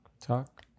talk